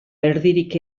erdirik